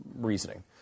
reasoning